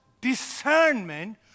discernment